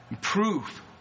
Proof